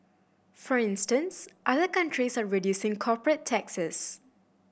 for instance other countries are reducing corporate taxes